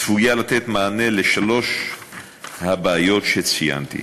צפוי שתיתן מענה על שלוש הבעיות שציינתי.